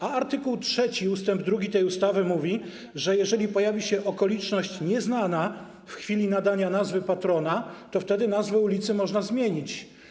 A art. 3 ust. 2 tej ustawy mówi, że jeżeli pojawi się okoliczność nieznana w chwili ustanowienia patrona, to wtedy nazwę ulicy można zmienić.